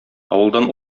авылдан